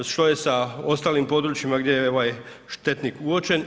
Što je sa ostalim područjima gdje je ovaj štetnik uočen?